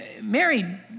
Mary